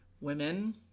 women